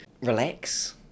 relax